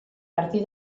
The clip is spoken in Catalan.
partir